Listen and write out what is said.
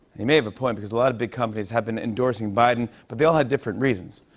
he may have a point, because a lot of big companies have been endorsing biden, but they all had different reasons.